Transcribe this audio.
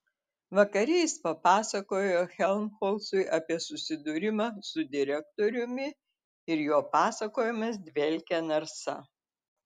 vakare jis papasakojo helmholcui apie susidūrimą su direktoriumi ir jo pasakojimas dvelkė narsa